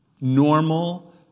Normal